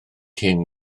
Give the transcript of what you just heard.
hyn